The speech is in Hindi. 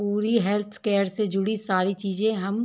पूरी हेल्थ केर से जुडी सारी चीज़ें हम